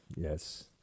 Yes